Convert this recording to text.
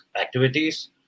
activities